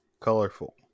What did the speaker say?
colorful